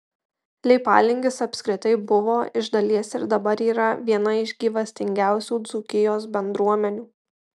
leipalingis apskritai buvo iš dalies ir dabar yra viena iš gyvastingiausių dzūkijos bendruomenių